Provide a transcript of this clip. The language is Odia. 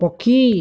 ପକ୍ଷୀ